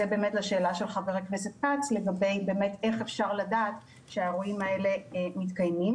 זה לשאלה של חבר הכנסת כץ לגבי איך אפשר לדעת שהאירועים האלה מתקיימים.